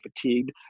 fatigued